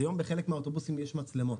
היום בחלק מן האוטובוסים יש מצלמות,